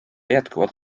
jätkuvalt